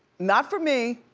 not for me.